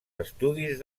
estudis